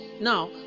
Now